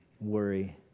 worry